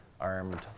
armed